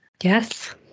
Yes